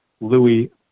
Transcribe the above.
Louis